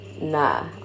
nah